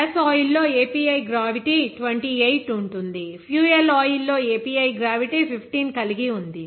gas oil లో API gravity 28 ఉంది fuel oil లో API గ్రావిటీ 15 కలిగి ఉంది